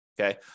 okay